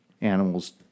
animals